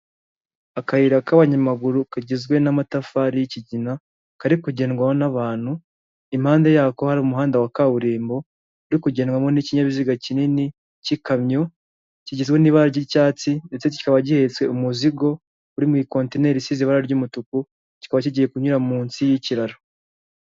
Akayira k'abanyamaguru kagizwe n'amatafari y'ikigina, kari kugendwaho n'abantu, impande yako hari umuhanda wa kaburimbo, uri kugenwamo n'ikinyabiziga kinini cy'ikamyo, kigizwe n'ibara ry'icyatsi ndetse kikaba gihetse umuzigo uri muri kontineri isize ibara ry'umutuku, kiba kigiye kunyura munsi y'ikiraro.